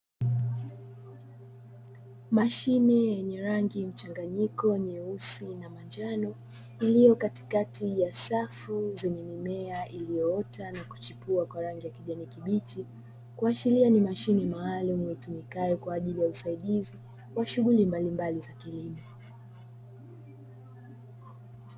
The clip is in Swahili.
Mashine yenye rangi mchanganyiko (nyeusi na manjano) iliyo katikati ya safu zenye mimea iliyoota na kuchipua kwa rangi ya kijani kibichi kuashiria ni mashine maalumu itumikayo kwaajili ya usaidizi wa shughuli mbalimbali za kilimo.